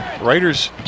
Raiders